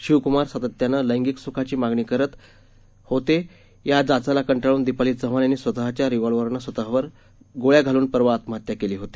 शिवकुमार सातत्यानं लैंगिक सुखाची मागणी करत या जाचाला कंटाळून दीपाली चव्हाण यांनी स्वतच्या रिव्हॉल्वरने स्वतवर गोळ्या घालून परवा आत्महत्त्या केली होती